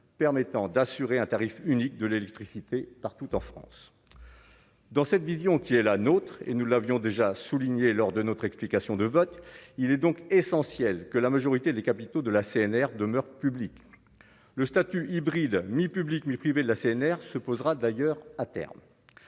permettant d'assurer un tarif unique de l'électricité partout en France, dans cette vision qui est la nôtre et nous l'avions déjà souligné lors de notre explications de vote, il est donc essentiel que la majorité des capitaux de la CNR demeure le statut hybride, mi-public, mi-privé de la CNR se posera d'ailleurs, à terme,